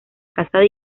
casada